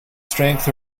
strength